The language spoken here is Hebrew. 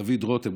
דוד רותם.